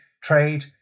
trade